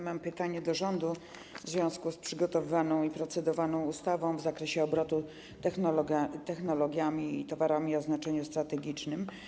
Mam pytanie do rządu w związku z przygotowywaną i procedowaną ustawą w zakresie obrotu technologiami i towarami o znaczeniu strategicznym.